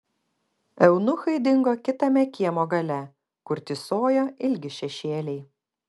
eunuchai dingo kitame kiemo gale kur tįsojo ilgi šešėliai